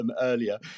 earlier